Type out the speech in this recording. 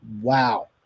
Wow